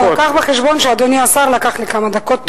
לא, קח בחשבון שאדוני השר לקח לי כמה דקות טובות.